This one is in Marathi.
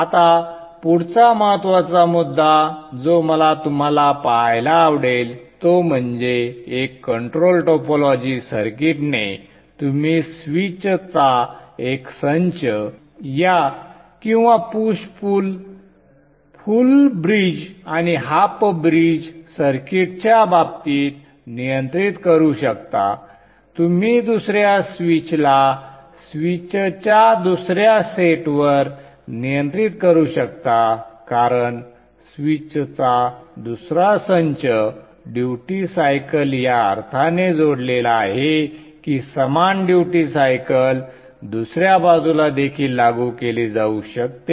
आता पुढचा महत्त्वाचा मुद्दा जो मला तुम्हाला पाहायला आवडेल तो म्हणजे एका कंट्रोल टोपोलॉजी सर्किटने तुम्ही स्विचचा एक संच या किंवा पुश पुल फुल ब्रिज आणि हाफ ब्रिज सर्किट्सच्या बाबतीत नियंत्रित करू शकता तुम्ही दुसऱ्या स्विचला स्विचच्या दुसऱ्या सेटवर नियंत्रित करू शकता कारण स्विचचा दुसरा संच ड्युटी सायकल या अर्थाने जोडलेले आहे की समान ड्युटी सायकल दुसऱ्या बाजूला देखील लागू केले जाऊ शकते